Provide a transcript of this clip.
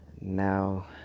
Now